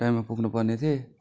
टाइममा पुग्नु पर्ने थियो